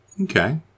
Okay